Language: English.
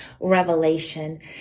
revelation